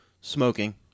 smoking